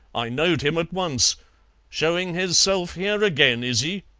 i knowed him at once showing hisself here agen, is he?